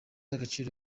agaciro